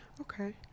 okay